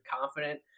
confident